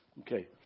Okay